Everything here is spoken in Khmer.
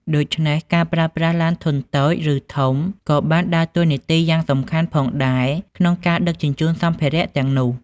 ដូច្នេះ ការប្រើប្រាស់ ឡានធុនតូច ឬធំ ក៏បានដើរតួនាទីយ៉ាងសំខាន់ផងដែរក្នុងការដឹកជញ្ជូនសម្ភារៈទាំងនោះ។